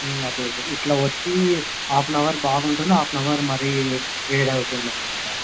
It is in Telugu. అదే అదే ఇట్లా వచ్చి ఆఫ్ అన్ అవర్ బాగుంటుంది ఆఫ్ అన్ అవర్ మరి వేడి అవుతుంది అనమాట